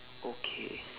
okay